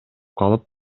калып